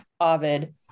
Ovid